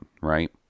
right